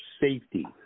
safety